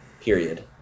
period